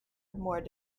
more